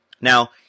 Now